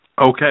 Okay